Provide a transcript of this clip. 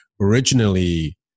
originally